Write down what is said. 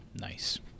Nice